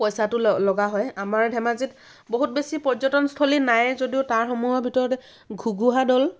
পইচাটো লগা হয় আমাৰ ধেমাজিত বহুত বেছি পৰ্যটনস্থলী নাই যদিও তাৰ সমূহৰ ভিতৰত ঘুগুহা দ'ল